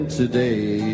today